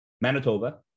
Manitoba